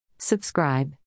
Subscribe